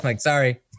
sorry